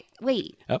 Wait